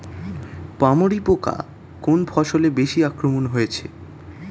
পামরি পোকা কোন ফসলে বেশি আক্রমণ হয়েছে?